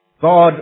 God